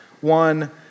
one